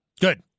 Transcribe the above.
Good